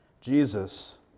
Jesus